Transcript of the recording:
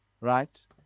Right